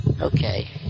Okay